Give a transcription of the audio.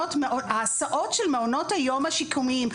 ההסעות של מעונות היום השיקומיים,